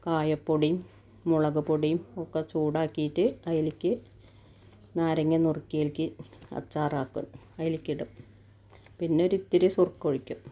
കായപ്പൊടീം മുളക് പൊടീം ഒക്കെ ചൂടാക്കീട്ട് അതിലേക്ക് നാരങ്ങ നുറുക്കിയതിലെക്ക് അച്ചാറാക്കും അതിലെക്കിടും പിന്നൊരിത്തിരി സുർക്കൊഴിക്കും